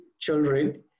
children